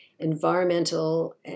environmental